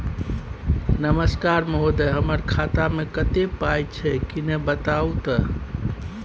नमस्कार महोदय, हमर खाता मे कत्ते पाई छै किन्ने बताऊ त?